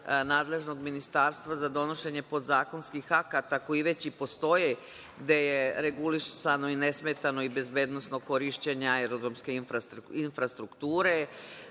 nadležnog Ministarstva za donošenje podzakonskih akata koji već i postoje, gde je regulisano, i nesmetano i bezbednosnog korišćenja aerodromske infrastrukture,